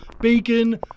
bacon